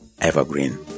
Evergreen